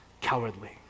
cowardly